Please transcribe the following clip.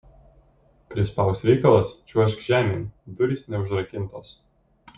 prispaus reikalas čiuožk žemėn durys neužrakintos